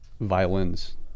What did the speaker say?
violins